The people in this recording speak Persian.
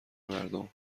مردم